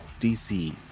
DC